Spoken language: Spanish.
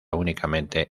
únicamente